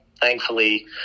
Thankfully